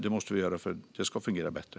Det måste vi göra, för detta ska fungera bättre.